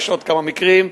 יש עוד כמה מקרים,